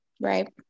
Right